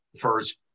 first